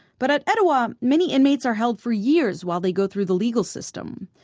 but at etowah, many inmates are held for years while they go through the legal system.